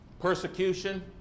persecution